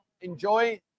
enjoy